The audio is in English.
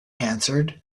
answered